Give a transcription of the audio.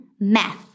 meth